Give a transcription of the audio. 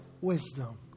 wisdom